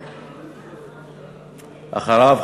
ואחריו,